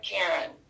Karen